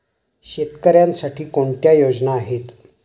शेतकऱ्यांसाठी कोणत्या योजना आहेत?